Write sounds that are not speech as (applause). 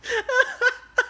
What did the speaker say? (laughs)